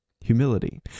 humility